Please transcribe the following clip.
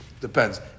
Depends